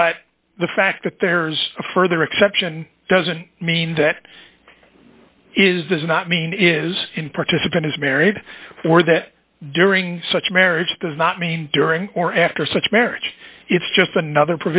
but the fact that there's a further exception doesn't mean that is does not mean is in participant is married or that during such marriage does not mean during or after such marriage it's just another